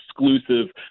exclusive